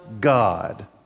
god